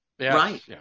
Right